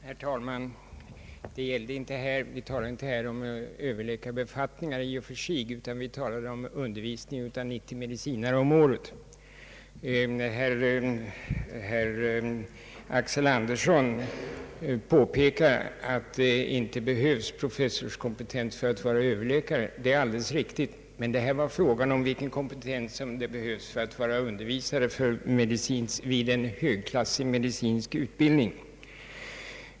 Herr talman! Vi talar inte här om överläkarbefattningar i och för sig, utan det gäller undervisningen av 90 medicinare om året. Herr Axel Andersson påpekar att det inte behövs professorskompetens för att vara överläkare. Detta är alldeles riktigt. Men det är här fråga om vilken kompetens som är nödvändig för att få undervisa när det gäller en högklassig medicinsk utbildning.